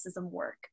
work